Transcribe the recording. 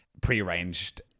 pre-arranged